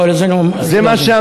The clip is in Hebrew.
לא, זה לא מה שאמרת.